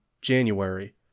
January